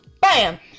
bam